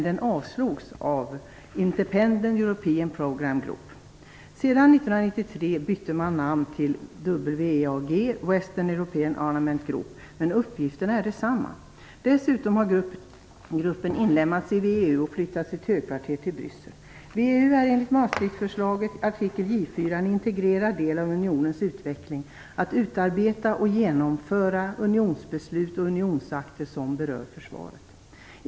Den avslogs dock av IEPG bytte 1993 namn till WEAG, Western European Armament Group, men uppgifterna är desamma. Däremot har gruppen inlemmats i VEU och flyttat sitt högkvarter till Bryssel. VEU är enligt Maastrichtfördraget, artikel J 4, "en integrerad del av unionens utveckling, att utarbeta och genomföra unionsbeslut och unionsakter som berör försvaret".